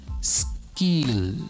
skill